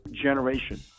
generation